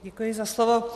Děkuji za slovo.